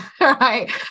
right